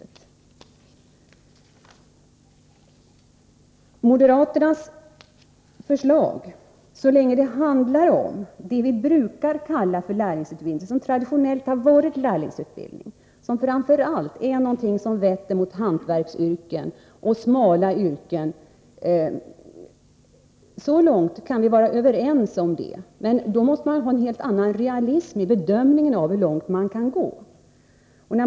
Beträffande moderaternas förslag: Så länge det handlar om det som traditionellt har varit lärlingsutbildning — det som framför allt är någonting som ”vetter” mot hantverksyrken och ”smala yrken” — kan vi vara överens. Men då måste man ha en helt annan realism i bedömningen av hur långt man kan gå.